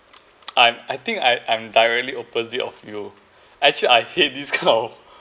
I I think I I'm directly opposite of you actually I hate these kind of